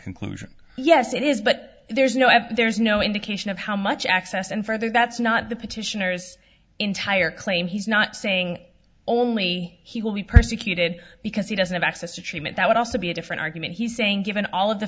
conclusion yes it is but there's no and there's no indication of how much access and further that's not the petitioners entire claim he's not saying only he will be persecuted because he doesn't have access to treatment that would also be a different argument he's saying given all of the